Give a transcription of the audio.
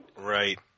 Right